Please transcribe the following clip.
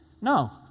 No